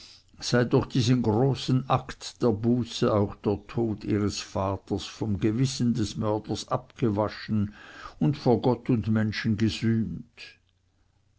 sei durch diesen großen akt der buße auch der tod ihres vaters vom gewissen des mörders abgewaschen und vor gott und menschen